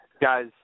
guys